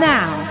Now